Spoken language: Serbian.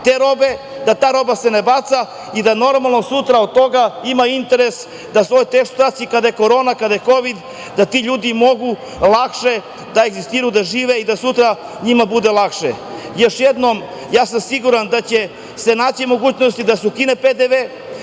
te robe, da ta roba se ne baca i da normalno sutra od toga ima interes, da u ovoj teškoj situaciji kada je Korona, kada je kovid da ti ljudi mogu lakše da egzistiraju, da žive i da sutra njima bude lakše. Još jednom ja sam siguran da će se naći mogućnost da se ukine PDV,